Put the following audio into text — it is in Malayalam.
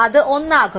അത് 1 ആകുന്നു